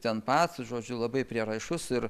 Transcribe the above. ten pats žodžiu labai prieraišus ir